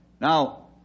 Now